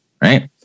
right